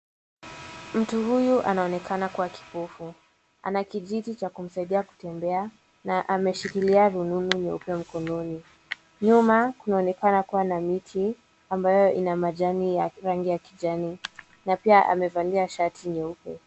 Mtu huyu anaonekana kuwa kipofu. Ana kijiti cha kumsaidia kutembea na ameshikilia rununu nyeupe mkononi. Nyuma kunaonekana kuwa na miti ambayo ina majani ya rangi ya kijani na pia amevalia shati nyeupe.